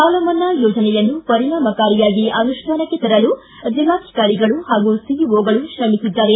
ಸಾಲ ಮನ್ನಾ ಯೋಜನೆಯನ್ನು ಪರಿಣಾಮಕಾರಿಯಾಗಿ ಅನುಷ್ಠಾನಕ್ಕೆ ತರಲು ಜಿಲ್ಲಾಧಿಕಾರಿಗಳು ಹಾಗೂ ಸಿಇಒಗಳು ಶ್ರಮಿಸಿದ್ದಾರೆ